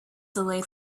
delayed